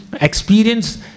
experience